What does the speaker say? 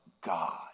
God